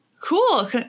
Cool